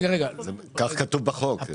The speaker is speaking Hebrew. כך כתוב בחוק.